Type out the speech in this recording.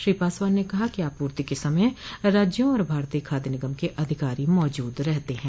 श्री पासवान ने कहा कि आपूर्ति के समय राज्यों और भारतीय खाद्य निगम के अधिकारी मौजूद रहते हैं